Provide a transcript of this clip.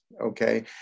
Okay